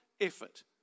effort